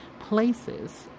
places